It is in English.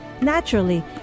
naturally